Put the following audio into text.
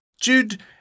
Jude